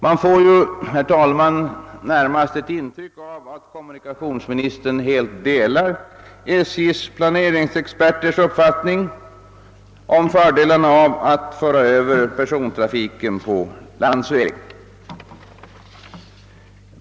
Man får, herr talman, närmast det intrycket att kommunikationsministern helt delar SJ:s planeringsexperters uppfattning om fördelarna av att föra över även persontrafiken på landsväg.